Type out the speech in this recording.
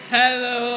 hello